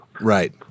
Right